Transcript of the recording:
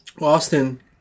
Austin